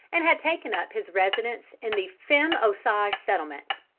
and had taken up his residence in the femme osage settlement.